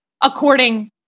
according